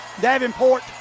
Davenport